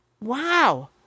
Wow